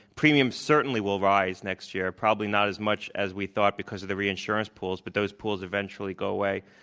premiums certainly will rise next year, probably not as much as we thought because of the reinsurance pools, but those pools eventually go away.